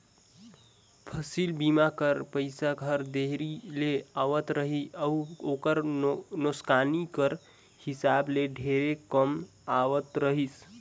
फसिल बीमा कर पइसा हर देरी ले आवत रहिस अउ ओकर नोसकानी कर हिसाब ले ढेरे कम आवत रहिस